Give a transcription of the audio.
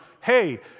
hey